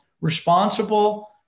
responsible